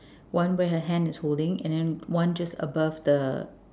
one where her hand is holding and one just above the